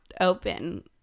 open